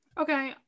Okay